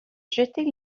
jeter